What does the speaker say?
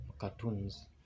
cartoons